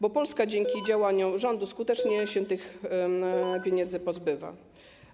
Bo Polska dzięki działaniom rządu skutecznie się tych pieniędzy pozbywa.